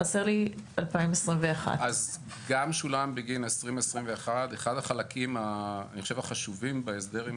חסר לי 2021. גם שולם בגין 2021. אחד החלקים החשובים בהסדר עם